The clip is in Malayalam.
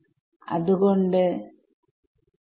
4 നെ എന്തിലേക്കിടും3 ലേക്ക്